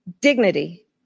dignity